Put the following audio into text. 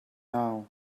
now